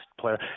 player